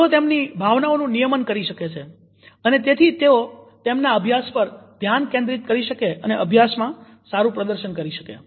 તેઓ તેમની ભાવનાઓનું નિયમન કરી શકે અને તેથી તેઓ તેમના આભ્યાસ પર ધ્યાન કેન્દ્રિત કરી શકે અને અભ્યાસમાં સારું પ્રદર્શન કરી શકે